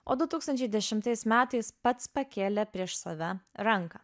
o du tūkstančiai dešimtais metais pats pakėlė prieš save ranką